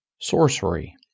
sorcery